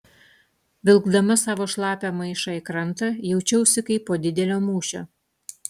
vilkdama savo šlapią maišą į krantą jaučiausi kaip po didelio mūšio